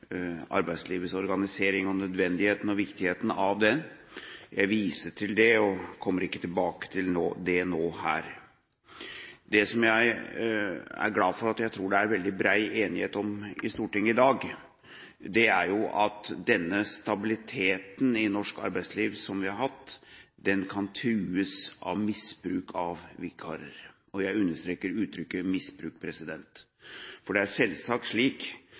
arbeidslivets organisering og nødvendigheten og viktigheten av den. Jeg viser til det og kommer ikke tilbake til det her nå. Jeg er glad for at det er bred enighet i Stortinget i dag om at denne stabiliteten som vi har hatt i norsk arbeidsliv, kan trues av misbruk av vikarer. Jeg understreker uttrykket «misbruk», for det er selvsagt slik